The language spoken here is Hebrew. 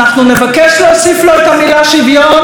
אנחנו נבקש להוסיף לו את המילה "שוויון",